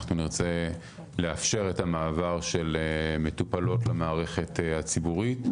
אנחנו נרצה לאפשר את המעבר של מטופלות למערכת הציבורית,